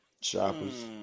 shoppers